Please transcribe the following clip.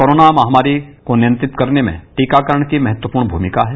corona महामारी को नियंत्रित करने के टीकाकारण की महत्वपूर्ण भूमिका है